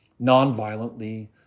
nonviolently